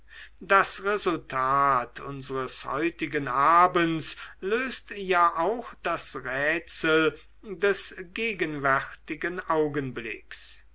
das resultat unsres heutigen abends löst ja auch das rätsel des gegenwärtigen augenblicks